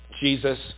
Jesus